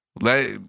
Let